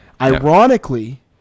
Ironically